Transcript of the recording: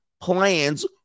plans